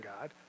God